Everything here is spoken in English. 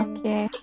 Okay